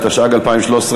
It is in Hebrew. התשע"ג 2013,